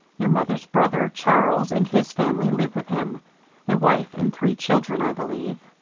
your mother's brother charles and his family live with him a wife and three children, i believe.